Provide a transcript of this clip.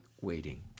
waiting